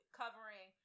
covering